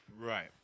Right